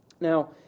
Now